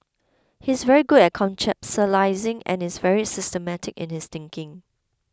he's very good at conceptualising and is very systematic in his thinking